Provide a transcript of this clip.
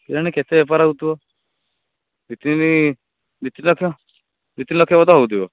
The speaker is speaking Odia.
କେଜାଣି କେତେ ବେପାର ହେଉ ଥିବ ଦୁଇ ତିନି ଦୁଇ ତିନି ଲକ୍ଷ ଦୁଇ ତିନି ଲକ୍ଷ ତ ହେଉଥିବ